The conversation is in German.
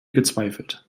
gezweifelt